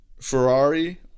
Ferrari